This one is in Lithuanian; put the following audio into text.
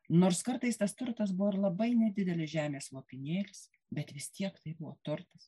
nors kartais tas turtas buvo ir labai nedidelis žemės lopinėlis bet vis tiek tai buvo turtas